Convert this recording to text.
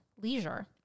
leisure